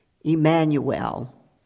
Emmanuel